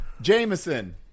Jameson